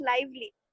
lively